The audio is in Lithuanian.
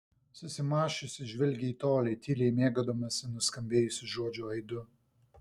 susimąsčiusi žvelgė į tolį tyliai mėgaudamasi nuskambėjusių žodžių aidu